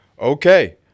Okay